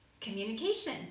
communication